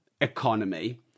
economy